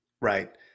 Right